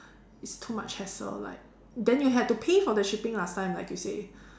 it's too much hassle like then you have to pay for the shipping last time like you say